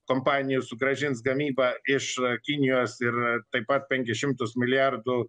kompanijų sugrąžins gamybą iš kinijos ir taip pat penkis šimtus milijardų